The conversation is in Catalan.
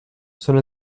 són